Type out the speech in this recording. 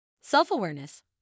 Self-awareness